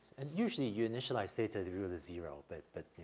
and usually you initialize theta degree with a zero, but but,